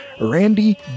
Randy